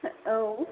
औ